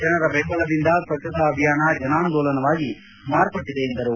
ಜನರ ಬೆಂಬಲದಿಂದ ಸ್ವಚ್ಚತಾ ಅಭಿಯಾನ ಜನಾಂದೋಲನವಾಗಿ ಮಾರ್ಪಟ್ಟದೆ ಎಂದರು